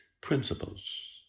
principles